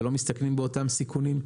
ולא מסתכנים באותם סיכונים?